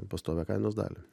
pastovią kainos dalį